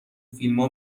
فیلما